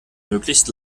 möglichst